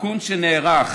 תיקון שנערך